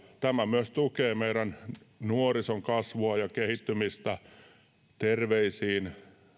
tämä myös tukee meidän nuorison kasvua ja kehittymistä terveisiin